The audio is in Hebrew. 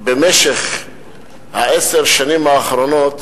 במשך עשר השנים האחרונות